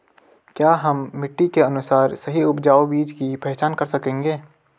क्या हम मिट्टी के अनुसार सही उपजाऊ बीज की पहचान कर सकेंगे?